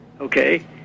okay